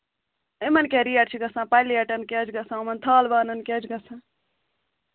یِمن کیٛاہ ریٹ چھِ گژھان پَلیٹَن کیٛاہ چھِ گژھان یِمن تھال بانن کیٛاہ چھِ گژھان